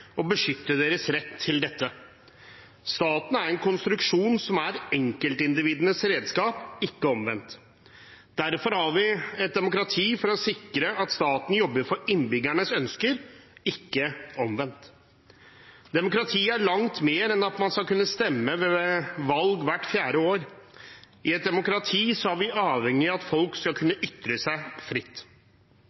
og beskytte deres rett til dette. Staten er en konstruksjon som er enkeltindividenes redskap, ikke omvendt. Derfor har vi et demokrati for å sikre at staten jobber for innbyggernes ønsker, ikke omvendt. Demokrati er langt mer enn at man skal kunne stemme ved valg hvert fjerde år. I et demokrati er vi avhengige av at folk skal kunne ytre seg fritt.